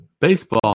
Baseball